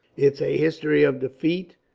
it's a history of defeat,